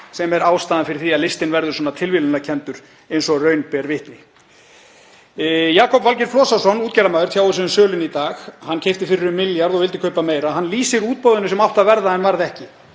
sem er ástæðan fyrir því að listinn verður svona tilviljunarkenndur eins og raun ber vitni. Jakob Valgeir Flosason útgerðarmaður tjáir sig um söluna í dag. Hann keypti fyrir milljarð og vildi kaupa meira. Hann lýsir útboðinu sem átti að verða en varð ekki.